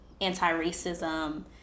anti-racism